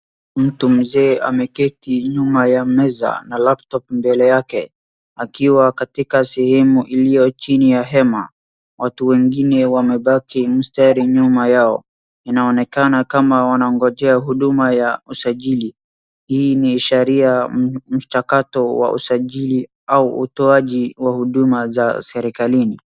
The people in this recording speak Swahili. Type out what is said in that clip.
Mtu mzee ameketi nyuma ya meza na laptop mbele yake, akiwa katika sehemu iliyo chini ya hema. Watu wengine wamebaki mstari nyuma yao. Inaonekana kama wanangojea huduma ya usajili. Hii ni sharia mchakato wa usajili au utoaji wa huduma za serikalini.